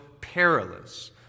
perilous